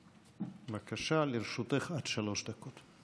בבקשה, לרשותך עד שלוש דקות.